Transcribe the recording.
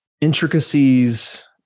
intricacies